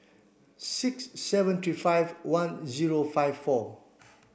six seven three five one zero five four